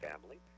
family